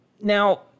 Now